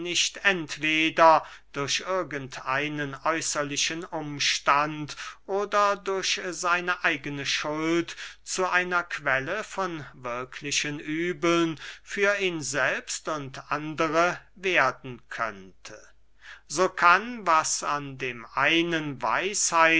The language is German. entweder durch irgend einen äußerlichen umstand oder durch seine eigene schuld zu einer quelle von wirklichen übeln für ihn selbst und andere werden könnte so kann was an dem einen